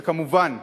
וכמובן,